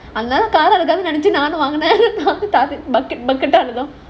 அதனால காரம் இருக்காதுன்னு நெனச்சிட்டு நானும் வந்தேன்:adhanaala kaaram irukaathunu nenachitu naanum vanthaen